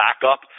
backup